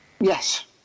Yes